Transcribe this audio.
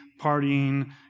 partying